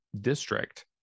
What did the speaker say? district